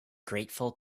grateful